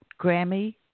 Grammy